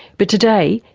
but today,